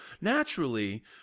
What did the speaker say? naturally